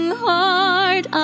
heart